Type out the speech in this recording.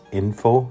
info